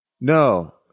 No